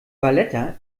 valletta